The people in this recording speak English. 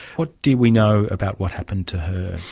what do we know about what happened to her?